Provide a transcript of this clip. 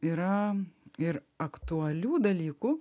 yra ir aktualių dalykų